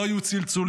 לא היו צלצולים,